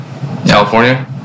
California